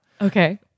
Okay